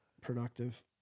Productive